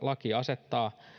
laki asettaa